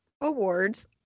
Awards